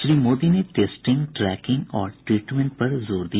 श्री मोदी ने testing tracking और treatment पर जोर दिया